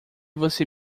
você